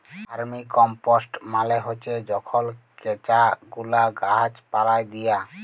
vermicompost মালে হছে যখল কেঁচা গুলা গাহাচ পালায় দিয়া